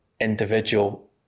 individual